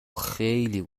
خیلی